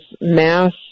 mass